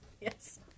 Yes